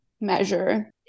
measure